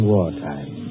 Wartime